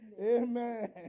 Amen